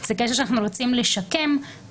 אני רק לא רוצה לצאת יותר קטגור